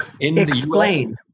Explain